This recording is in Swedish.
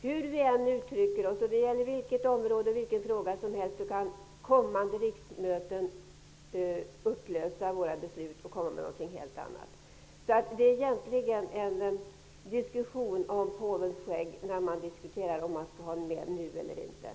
Hur vi än uttrycker oss -- det gäller vilket område och vilken fråga som helst -- kan kommande riksmöten upplösa våra beslut och komma med något helt annat. Det är egentligen en diskussion om påvens skägg när vi diskuterar om vi skall ha med ''nu'' eller inte.